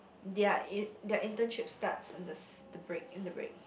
their in their internship starts in the s~ the break in the break